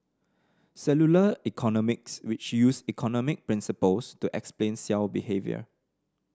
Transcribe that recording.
cellular economics which use economic principles to explain cell behaviour